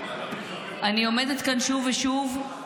אני עומדת כאן שוב ושוב,